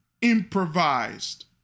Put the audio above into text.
improvised